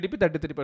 33%